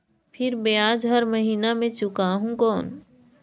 फिर ब्याज हर महीना मे चुकाहू कौन?